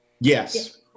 Yes